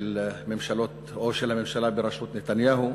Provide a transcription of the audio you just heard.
של הממשלות או של הממשלה בראשות נתניהו,